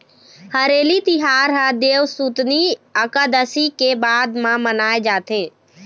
हरेली तिहार ह देवसुतनी अकादसी के बाद म मनाए जाथे